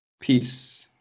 Peace